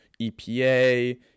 EPA